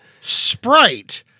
Sprite